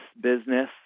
business